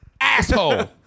asshole